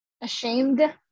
ashamed